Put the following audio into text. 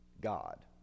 God